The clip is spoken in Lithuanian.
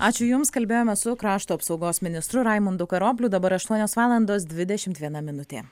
ačiū jums kalbėjome su krašto apsaugos ministru raimundu karobliu dabar aštuonios valandos dvidešimt viena minutė